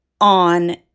on